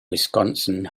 wisconsin